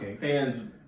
fans